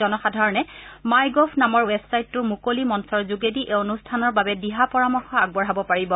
জনসাধাৰণে MyGov নামৰ ৱেবছাইটোৰ মুকলি মঞ্ণৰ যোগেদি এই অনুষ্ঠানৰ বাবে দিহা পৰামৰ্শ আগবঢ়াব পাৰিব